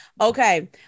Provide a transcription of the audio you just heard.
Okay